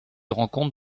rencontre